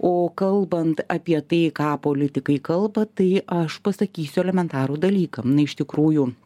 o kalbant apie tai ką politikai kalba tai aš pasakysiu elementarų dalykam iš tikrųjų